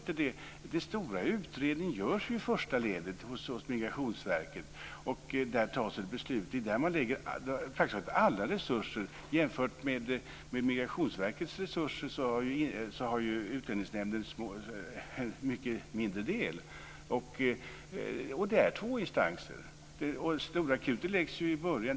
Den stora utredningen görs ju i första ledet, hos Migrationsverket där det första beslutet fattas. Det är där som man lägger praktiskt taget alla resurser. Jämfört med Migrationsverkets resurser har ju Utlänningsnämnden en mycket mindre del. Det är två instanser. Det mesta krutet läggs ju i början.